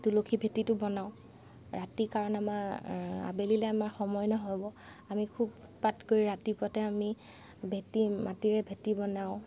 তুলসী ভেটিটো বনাওঁ ৰাতি কাৰণ আমাৰ আবেলিলৈ আমাৰ সময় নহ'ব আমি খুব উৎপাত কৰি ৰাতিপুৱাতে আমি ভেটি মাটিৰে ভেটি বনাওঁ